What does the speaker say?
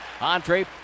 Andre